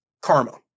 karma